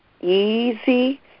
easy